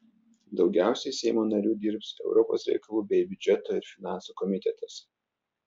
daugiausiai seimo narių dirbs europos reikalų bei biudžeto ir finansų komitetuose